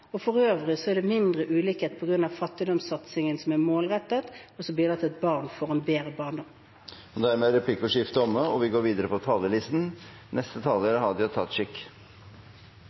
fremover. For øvrig er det mindre ulikhet på grunn av fattigdomssatsingen, som er målrettet, og som bidrar til at barn får en bedre barndom. Replikkordskiftet er omme. I dag vedtek me det siste statsbudsjettet i denne stortingsperioden, og då er